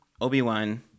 obi-wan